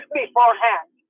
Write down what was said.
beforehand